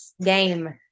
game